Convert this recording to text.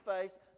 face